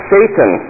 Satan